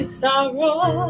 sorrow